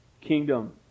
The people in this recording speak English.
kingdom